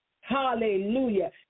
Hallelujah